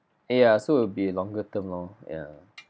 ya so it will be a longer term lor ya